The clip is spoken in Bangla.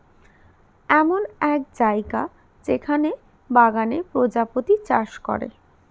এমন এক জায়গা যেখানে বাগানে প্রজাপতি চাষ করে